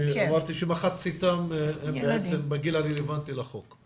אמרתי שמחציתם הם בגיל הרלוונטי לחוק.